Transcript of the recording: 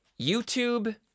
YouTube